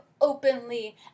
openly